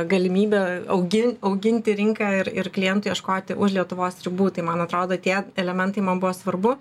galimybę augin auginti rinką ir ir klientų ieškoti už lietuvos ribų tai man atrodo tie elementai man buvo svarbu